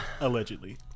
Allegedly